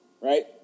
right